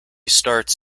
starts